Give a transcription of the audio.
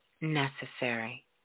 necessary